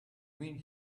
mean